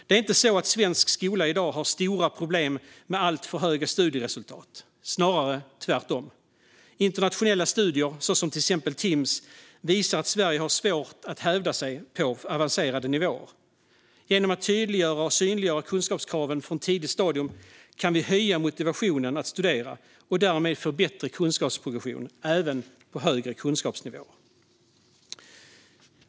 Det är inte så att svensk skola i dag har stora problem med alltför höga studieresultat, snarare tvärtom. Internationella studier, såsom Timms, visar att Sverige har svårt att hävda sig på avancerade nivåer. Genom att tydliggöra och synliggöra kunskapskraven från ett tidigt stadium kan vi höja motivationen att studera och därmed få bättre kunskapsprogression, även på högre kunskapsnivåer.